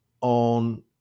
on